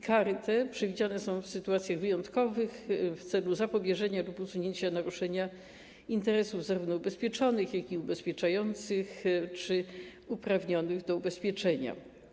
Kary te przewidziane są w sytuacjach wyjątkowych w celu zapobieżenia lub usunięcia naruszenia interesów zarówno ubezpieczonych, jak i ubezpieczających czy uprawnionych do ubezpieczenia.